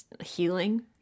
healing